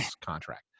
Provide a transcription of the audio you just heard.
contract